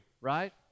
right